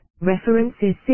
references